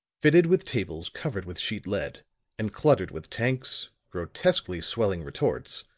fitted with tables covered with sheet lead and cluttered with tanks, grotesquely swelling retorts,